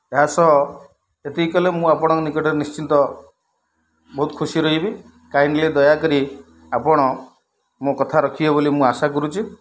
ଏହା ସହ ଏତିକି କଲେ ମୁଁ ଆପଣଙ୍କ ନିକଟରେ ନିଶ୍ଚିନ୍ତ ବହୁତ ଖୁସି ରହିବି କାଇଣ୍ଡ୍ଲି ଦୟାକରି ଆପଣ ମୋ କଥା ରଖିବେ ବୋଲି ମୁଁ ଆଶା କରୁଛି